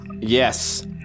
Yes